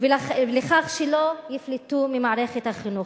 ולכך שלא ייפלטו ממערכת החינוך.